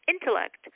intellect